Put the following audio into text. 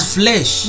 flesh